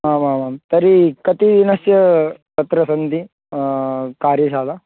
आमामां तर्हि कति दिनस्य तत्र सन्ति कार्यशाला